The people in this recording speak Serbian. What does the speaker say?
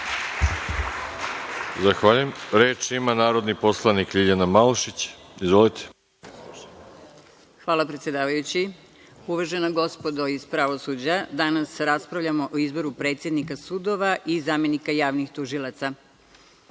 Zahvaljujem. Reč ima narodni poslanik Ljiljana Malušić. Izvolite. **Ljiljana Malušić** Hvala, predsedavajući. Uvažena gospodo iz pravosuđa, danas raspravljamo o izboru predsednika sudova i zamenika javnih tužilaca. Vi